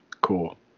Cool